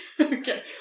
Okay